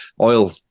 oil